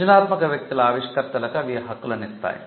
సృజనాత్మక వ్యక్తుల ఆవిష్కర్తల కు అవి హక్కులను ఇస్తాయి